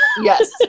Yes